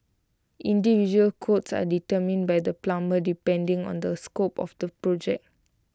individual quotes are determined by the plumber depending on the scope of the project